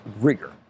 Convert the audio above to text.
rigor